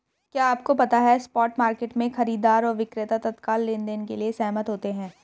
क्या आपको पता है स्पॉट मार्केट में, खरीदार और विक्रेता तत्काल लेनदेन के लिए सहमत होते हैं?